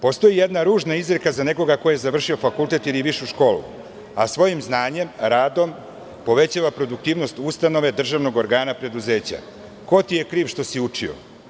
Postoji jedna ružna izreka za nekoga ko je završio fakultet ili višu školu, a svojim znanjem, radom, povećava produktivnost ustanove, državnog organa, preduzeća – ko ti je kriv što si učio?